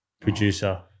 producer